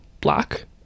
black